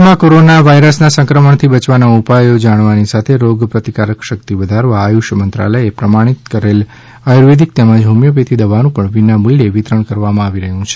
રથમાં કોરોના વાયરસના સંક્રમણથી બચવાના ઉપાયો જણાવવાની સાથે રોગ પ્રતિકારક શક્તિ વધારવા આયુષ મંત્રાલ યે પ્રમાણિત કરેલ આયુર્વેદિક તેમજ હોમિયોપેથી દવાનું પણ વિનામૂલ્યે વિતરણ કરવામાં આવી રહ્યું છે